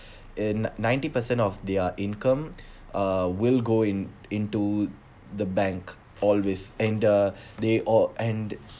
in ninety per cent of their income uh will go in into the bank always and the they or and